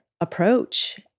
approach